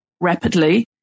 rapidly